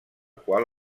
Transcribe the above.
qual